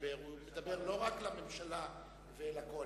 ידבר לא רק אל הממשלה והקואליציה,